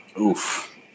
Oof